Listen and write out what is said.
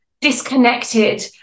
disconnected